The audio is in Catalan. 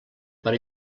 per